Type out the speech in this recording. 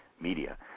media